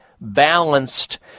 balanced